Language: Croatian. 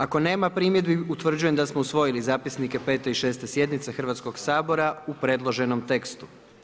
Ako nema primjedbi utvrđujem da smo usvojili zapisnike 5. i 6. sjednice Hrvatskoga sabora u predloženom tekstu.